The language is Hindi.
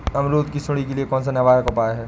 अमरूद की सुंडी के लिए कौन सा निवारक उपाय है?